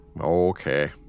Okay